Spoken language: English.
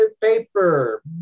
paper